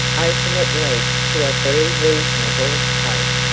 open at least to a very reasonable hope.